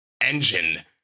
engine